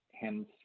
hence